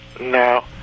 now